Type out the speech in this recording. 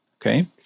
okay